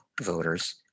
voters